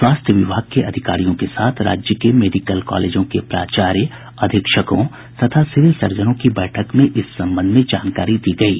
स्वास्थ्य विभाग के अधिकारियों के साथ राज्य के मेडिकल कॉलेजों के प्राचार्य अधीक्षकों तथा सिविल सर्जनों की बैठक में इस संबंध में जानकारी दी गयी